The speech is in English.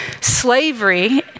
Slavery